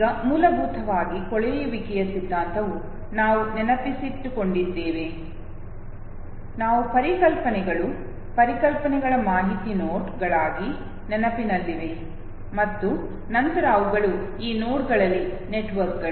ಈಗ ಮೂಲಭೂತವಾಗಿ ಕೊಳೆಯುವಿಕೆಯ ಸಿದ್ಧಾಂತವು ನಾವು ನೆನಪಿಟ್ಟುಕೊಂಡಿದ್ದೇವೆ ನಾವು ಪರಿಕಲ್ಪನೆಗಳು ಪರಿಕಲ್ಪನೆಗಳು ಮಾಹಿತಿಯ ನೋಡ್ಗಳಾಗಿ ನೆನಪಿನಲ್ಲಿವೆ ಮತ್ತು ನಂತರ ಅವುಗಳು ಈ ನೋಡ್ಗಳಲ್ಲಿ ನೆಟ್ವರ್ಕ್ಗಳು